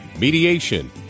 mediation